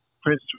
Prince